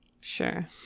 Sure